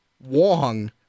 wong